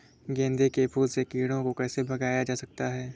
गेंदे के फूल से कीड़ों को कैसे भगाया जा सकता है?